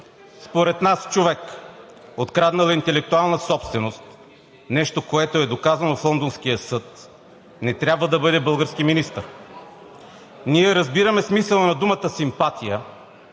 Според нас човек, откраднал интелектуална собственост – нещо, което е доказано в Лондонския съд, не трябва да бъде български министър. Ние разбираме смисъла на думата „симпатия“,